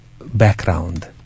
background